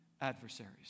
adversaries